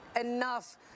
enough